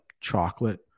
chocolate